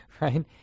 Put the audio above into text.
right